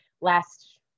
last